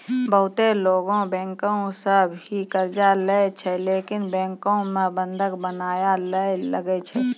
बहुते लोगै बैंको सं भी कर्जा लेय छै लेकिन बैंको मे बंधक बनया ले लागै छै